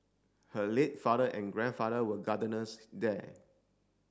her late father and grandfather were gardeners there